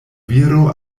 viro